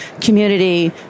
community